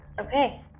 Okay